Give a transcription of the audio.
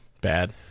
bad